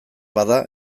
bada